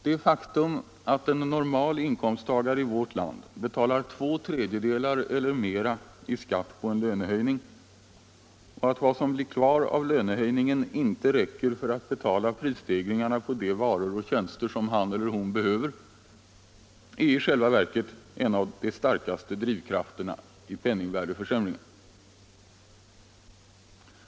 Det faktum att en normal inkomsttagare i vårt land betalar två tredjedelar eller mera i skatt på en lönehöjning och att vad som blir kvar av lönehöjningen inte räcker för att betala prisstegringarna på de varor och tjänster som han eller hon behöver är i själva verket en av de starkaste drivkrafterna i penningvärdeförsämringen.